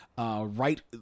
right